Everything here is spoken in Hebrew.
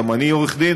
גם אני עורך-דין,